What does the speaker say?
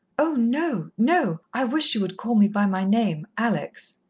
oh, no no. i wish you would call me by my name alex.